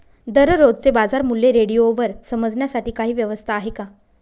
दररोजचे बाजारमूल्य रेडिओवर समजण्यासाठी काही व्यवस्था आहे का?